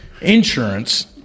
insurance